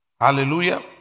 Hallelujah